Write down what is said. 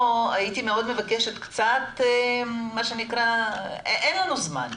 אין לנו זמן.